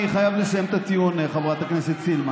אני טוען לעניין המהותי.